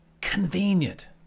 convenient